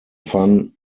fun